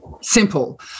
Simple